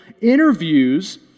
interviews